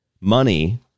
money